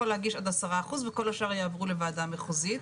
להגיש עד 10% וכל השאר יעברו לוועדה מחוזית.